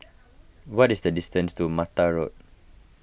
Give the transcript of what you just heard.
what is the distance to Mattar Road